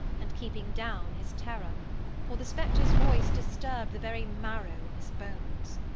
and keeping down his terror for the spectre's voice disturbed the very marrow in his bones.